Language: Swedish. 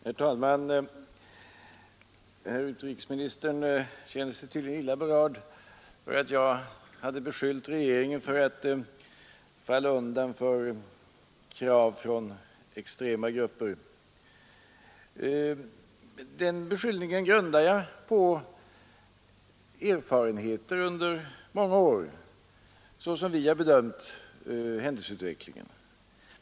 Herr talman! Herr utrikesministern känner sig tydligen illa berörd av att jag hade beskyllt regeringen för att falla undan för krav från extrema grupper. Den beskyllningen grundar jag på erfarenheter under många år från vår bedömning av händelseutvecklingen.